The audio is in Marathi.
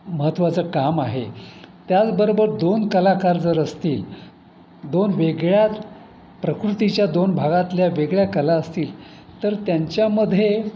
महत्त्वाचं काम आहे त्याचबरोबर दोन कलाकार जर असतील दोन वेगळ्या प्रकृतीच्या दोन भागातल्या वेगळ्या कला असतील तर त्यांच्यामध्ये